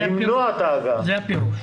זה הפירוש.